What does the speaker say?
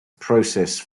process